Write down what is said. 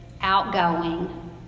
outgoing